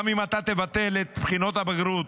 גם אם תבטל את בחינות הבגרות,